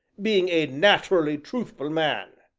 being a nat'rally truthful man!